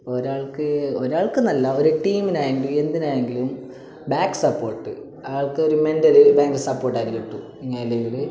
ഒരാൾക്ക് ഒരാൾക്കെന്നല്ല ഒരു ടീമിനായെങ്കിലും എന്തിനായെങ്കിലും ബാക്ക് സപ്പോട്ട് ആൾക്കൊരു മെൻ്റലി ഭയങ്കര സപ്പോർട്ടായിട്ട് കിട്ടും